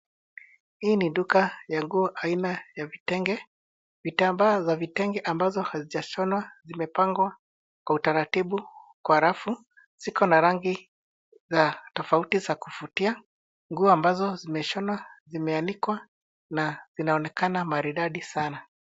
Hii ni duka ya nguo aina ya vitenge. Vitambaa za vitenge ambazo hazijashonwa zimepangwa kwa utaratibu kwa rafu. Ziko na rangi tofauti za kuvutia. Nguo amabazo zimeshonwa zimeanikwa na inaonekana maridadi sana.